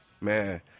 Man